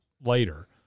later